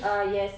uh yes